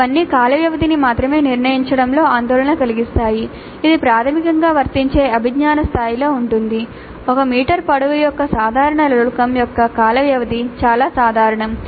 ఇవన్నీ కాల వ్యవధిని మాత్రమే నిర్ణయించటంలో ఆందోళన కలిగిస్తాయి ఇది ప్రాథమికంగా వర్తించే అభిజ్ఞా స్థాయిలో ఉంటుంది 1 మీటర్ పొడవు యొక్క సాధారణ లోలకం యొక్క కాల వ్యవధి చాలా సాధారణం